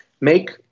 make